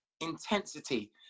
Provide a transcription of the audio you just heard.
intensity